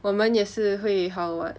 我们也是会好 [what]